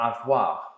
avoir